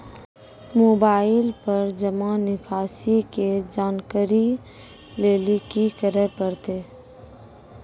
Mobile पर जमा निकासी के जानकरी लेली की करे परतै?